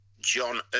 John